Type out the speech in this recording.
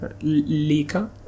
Lika